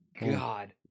god